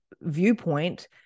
viewpoint